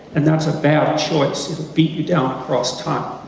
and that's a bad choice, it'll beat you down across time,